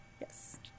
Yes